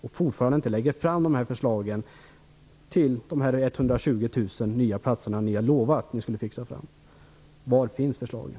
Ni har ännu inte har lagt fram förslag till hur ni skall skapa de 120 000 nya platserna ni har utlovat. Var finns förslagen?